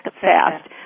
fast